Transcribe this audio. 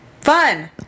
Fun